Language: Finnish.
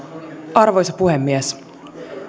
arvoisa puhemies